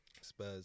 Spurs